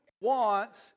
wants